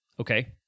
Okay